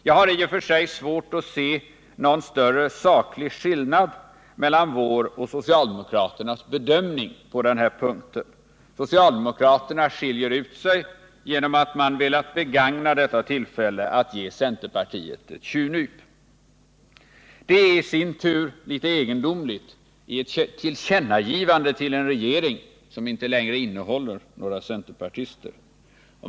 Jag har i och för sig svårt att finna någon saklig skillnad mellan vår och socialdemokraternas bedömning på den här punkten. Socialdemokraterna skiljer ut sig genom att de har velat begagna tillfället att ge centerpartiet ett tjuvnyp. Det är i sin tur litet egendomligt i ett tillkännagivande till en regering, som inte längre innehåller några centerpartister.